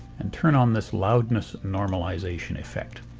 and turn on this loudness normalization effect.